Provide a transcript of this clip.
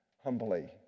humbly